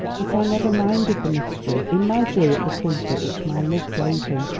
that i never minded the mystery, in my joy at the comfort which my love gave him.